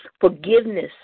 Forgiveness